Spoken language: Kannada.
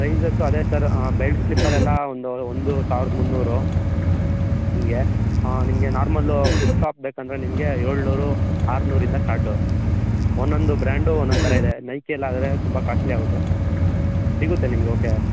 ಸೈಜಸ್ಸು ಅದೇ ಸರ್ ಬೆಲ್ಟ್ ಸ್ಲಿಪ್ಪರ್ ಎಲ್ಲ ಒಂದು ಒಂದು ಸಾವಿರದ ಮುನ್ನೂರು ನಿಮಗೆ ಹಾಂ ನಿಮಗೆ ನಾರ್ಮಲ್ಲು ಫ್ಲಿಪ್ ಪ್ಲಾಪ್ ಬೇಕಂದರೆ ನಿಮಗೆ ಏಳುನೂರು ಆರುನೂರು ಇಂದ ಸ್ಟಾರ್ಟು ಒಂದೊಂದು ಬ್ರ್ಯಾಂಡು ಒಂದೊಂದು ಥರ ಇದೆ ನೈಕಿಲಾದರೆ ತುಂಬ ಕಾಸ್ಟ್ಲಿ ಆಗುತ್ತೆ ಸಿಗುತ್ತೆ ನಿಮಗೆ ಓಕೆ